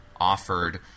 offered